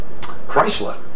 Chrysler